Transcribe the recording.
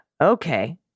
Okay